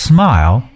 Smile